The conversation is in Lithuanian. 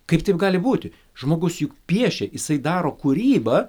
kaip taip gali būti žmogus juk piešia jisai daro kūrybą